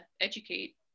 educate